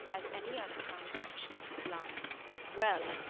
as any other transaction of life well,